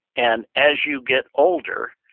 and as you get older,